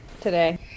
today